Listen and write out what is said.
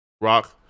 Rock